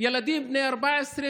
ילדים בני 14,